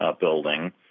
building